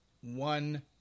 one